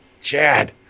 Chad